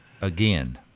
again